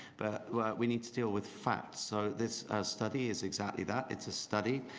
but we need to deal with facts. so this study is exactly that. it's a study.